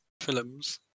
Films